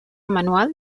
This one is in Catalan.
manual